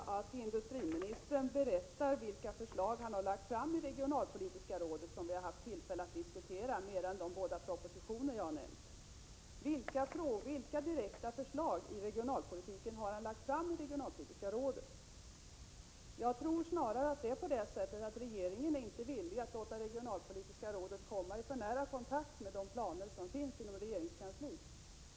Fru talman! Jag skulle vilja att industriministern berättar vilka förslag han har lagt fram i regionalpolitiska rådet som vi har haft tillfälle att diskutera mer än de båda propositioner jag har nämnt. Vilka direkta förslag har han lagt fram i regionalpolitiska rådet? Jag tror snarare att det är på det sättet att regeringen inte är villig att låta regionalpolitiska rådet komma i för nära kontakt med de planer som finns inom regeringskansliet.